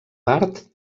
part